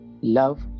love